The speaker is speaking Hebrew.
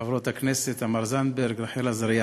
חברות הכנסת תמר זנדברג ורחל עזריה,